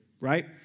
right